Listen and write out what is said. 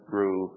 grew